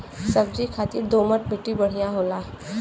सब्जी खातिर दोमट मट्टी बढ़िया होला